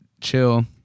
chill